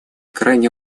крайне